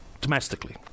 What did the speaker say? domestically